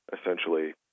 essentially